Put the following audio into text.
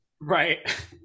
right